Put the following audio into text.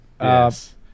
Yes